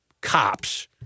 cops